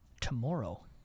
tomorrow